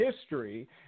history